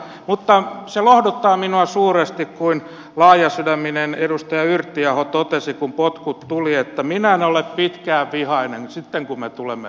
mutta se lohduttaa minua suuresti kun laajasydäminen edustaja yrttiaho totesi kun potkut tuli että minä en ole pitkään vihainen sitten kun me tulemme takaisin